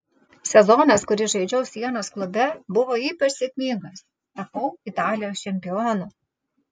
sezonas kurį žaidžiau sienos klube buvo ypač sėkmingas tapau italijos čempionu